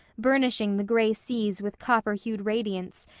burnishing the gray seas with copper-hued radiance,